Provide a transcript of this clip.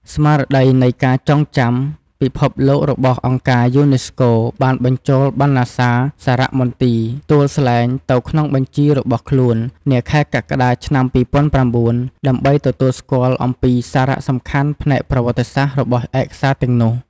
ស្មារតីនៃការចងចាំពិភពលោករបស់អង្គការយូណេស្កូ បានបញ្ចូលបណ្ណសារសារមន្ទីរទួលស្លែងទៅក្នុងបញ្ជីររបស់ខ្លួន នាខែកក្កដា ឆ្នាំ២០០៩ ដើម្បីទទួលស្គាល់អំពីសារសំខាន់ផ្នែកប្រវត្តិសាស្ត្ររបស់ឯកសារទាំងនោះ។